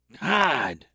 God